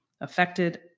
affected